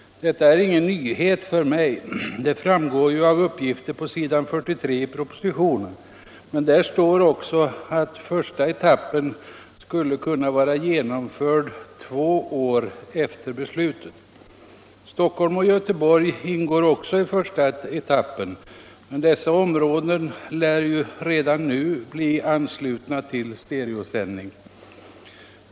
Detta är ingen nyhet för mig. Det framgår ju av uppgifter på s. 43 i propositionen. Men där står också att första etappen skall kunna vara genomförd två år efter beslutet. Stockholm och Göteborg ingår också i första etappen, men dessa områden lär ju redan nu bli anslutna till stereosändning.